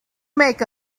make